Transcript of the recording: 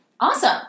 awesome